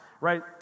right